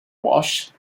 walsh